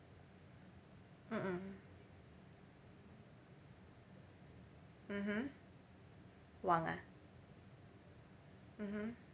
mm mmhmm wang ah mmhmm